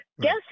Guess